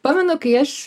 pamenu kai aš